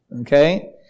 okay